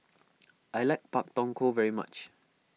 I like Pak Thong Ko very much